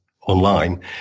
online